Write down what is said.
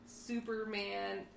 Superman